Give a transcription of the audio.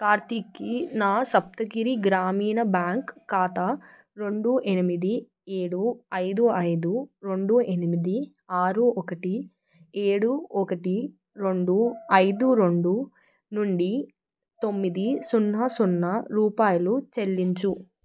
కార్తీక్కి నా సప్తగిరి గ్రామీణ బ్యాంక్ ఖాతా రెండు ఎనిమిది ఏడు ఐదు ఐదు రెండు ఎనిమిది ఆరు ఒకటి ఏడు ఒకటి రెండు ఐదు రెండు నుండి తొమ్మిది సున్నా సున్నా రూపాయలు చెల్లించు